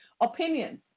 opinions